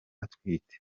atwite